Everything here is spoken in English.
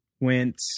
went